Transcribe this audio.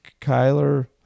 kyler